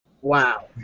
wow